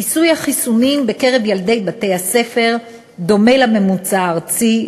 כיסוי החיסונים בקרב ילדי בתי-הספר דומה לממוצע הארצי.